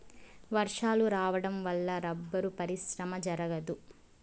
వర్షాలు రావడం వల్ల రబ్బరు పరిశ్రమ జరగదు